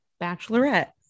Bachelorette